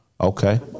Okay